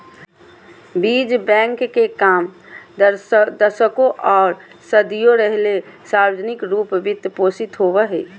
बीज बैंक के काम दशकों आर सदियों रहले सार्वजनिक रूप वित्त पोषित होबे हइ